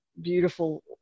beautiful